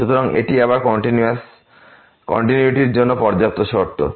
সুতরাং এটি আবার কন্টিনিউয়িটি র জন্য পর্যাপ্ত শর্ত